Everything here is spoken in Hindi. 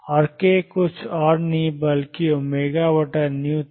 और k कुछ और नहीं बल्कि v था